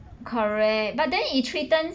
correct but then it threatened